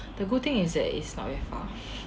the good thing is that is not very far